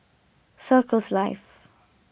Circles Life